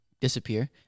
disappear